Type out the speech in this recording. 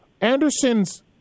Anderson's